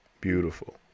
beautiful